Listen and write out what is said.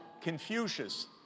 Confucius